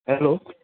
hello